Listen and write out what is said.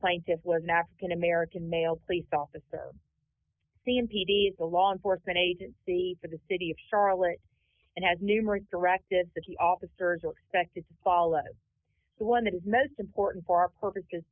plaintiffs was an african american male police officer c m p d the law enforcement agency for the city of charlotte and has numerous directed city officers are expected to follow the one that is most important for our purposes